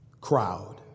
crowd